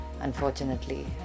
Unfortunately